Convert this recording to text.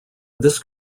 this